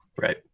Right